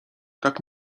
tak